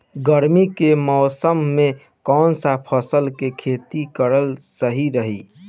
गर्मी के मौषम मे कौन सा फसल के खेती करल सही रही?